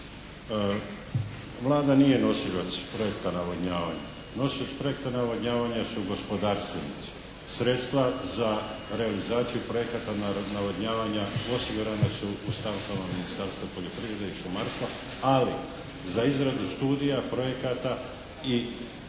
Vlada nije nosilac projekta navodnjavanja. Nosioc projekta navodnjavanja su gospodarstvenici. Sredstva za realizaciju projekata navodnjavanja osigurana su u stavkama Ministarstva poljoprivrede i šumarstva, ali za izradu studija projekata i učešće